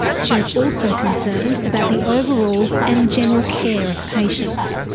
she was also concerned about the overall and general care of patients.